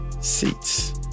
seats